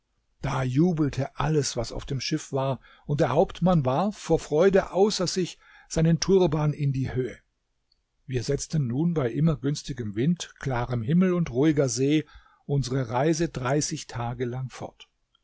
da jubelte alles was auf dem schiff war und der hauptmann warf vor freude außer sich seinen turban in die höhe wir setzten nun bei immer günstigem wind klarem himmel und ruhiger see unsere reise dreißig tag lang fort